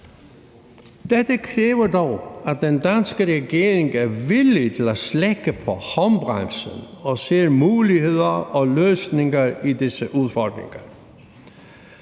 Dette kræver dog, at den danske regering er villig til at løsne håndbremsen og ser muligheder og løsninger i disse udfordringer.